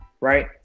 right